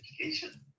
education